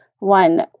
One